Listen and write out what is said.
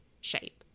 shape